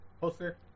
Poster